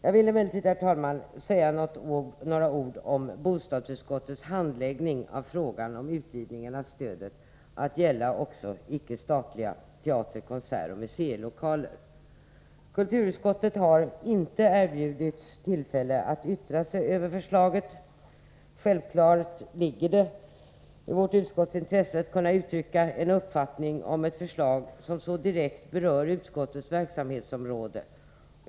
Jag vill emellertid, herr talman, säga några ord om bostadsutskottets behandling av frågan om utvidgningen av stödet till att gälla också icke-statliga teater-, konsertoch museilokaler. Kulturutskottet har inte erbjudits tillfälle att yttra sig över förslaget. Självfallet ligger det i vårt utskotts intresse att kunna uttrycka en uppfattning om ett förslag som så direkt berör utskottets verksamhetsområde.